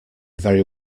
very